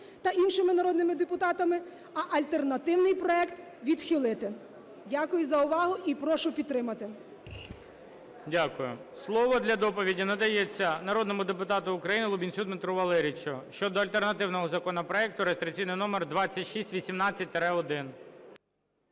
та іншими народними депутатами, а альтернативний проект відхилити. Дякую за увагу і прошу підтримати. ГОЛОВУЮЧИЙ. Дякую. Слово для доповіді надається народному депутату України Лубінцю Дмитру Валерійовичу щодо альтернативного законопроекту, реєстраційний номер 2618-1.